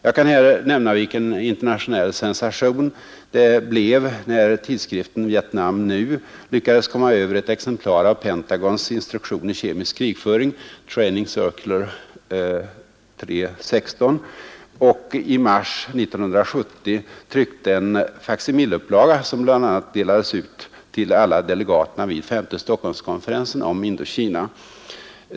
Jag kan här nämna vilken internationell sensation det blev när tidskriften Vietnam nu lyckades komma över ett exemplar av Pentagons instruktion i kemisk krigföring, ”Training Circular 3—-16”, och i mars 1970 tryckte en faksimileupplaga härav, som bl.a. delades ut till alla delegaterna vid Femte Stockholmskonferensen om Vietnam.